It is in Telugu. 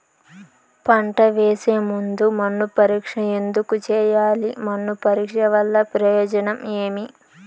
పంట వేసే ముందు మన్ను పరీక్ష ఎందుకు చేయాలి? మన్ను పరీక్ష వల్ల ప్రయోజనం ఏమి?